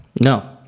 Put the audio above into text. no